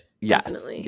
Yes